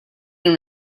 non